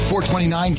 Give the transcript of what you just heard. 429